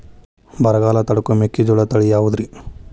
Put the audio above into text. ಬರಗಾಲ ತಡಕೋ ಮೆಕ್ಕಿಜೋಳ ತಳಿಯಾವುದ್ರೇ?